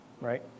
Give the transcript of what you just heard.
right